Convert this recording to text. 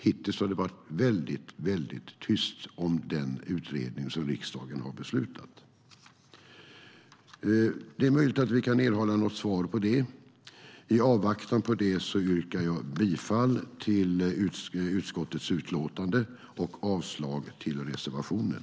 Hittills har det varit väldigt tyst om den utredningen, som riksdagen har beslutat. Det är möjligt att vi erhåller ett svar på det. I avvaktan på det yrkar jag bifall till utskottets förslag och avslag på reservationen.